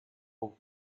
oak